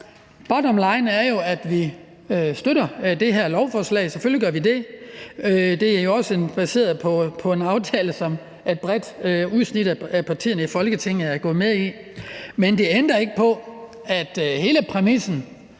bottom line er jo, at vi støtter det her lovforslag – selvfølgelig gør vi det. Det er jo også baseret på en aftale, som et bredt udsnit af partierne i Folketinget er gået med i, men det ændrer ikke på, at hele præmissen